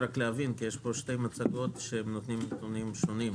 יש פה שתי מצגות שנותנות נתונים שונים.